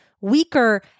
weaker